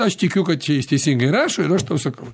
aš tikiu kad čia jis teisingai rašo ir aš tau sakau